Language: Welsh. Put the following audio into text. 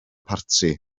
parti